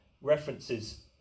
references